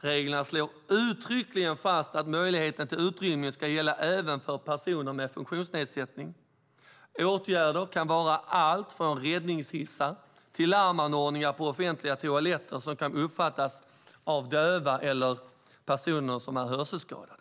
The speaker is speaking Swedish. Reglerna slår uttryckligen fast att möjligheten till utrymning ska gälla även för personer med funktionsnedsättning. Åtgärder kan vara allt från räddningshissar till larmanordningar på offentliga toaletter som kan uppfattas av döva eller hörselskadade.